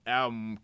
album